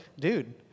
dude